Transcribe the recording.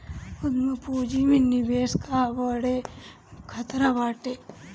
उद्यम पूंजी में निवेश कअ बहुते खतरा बाटे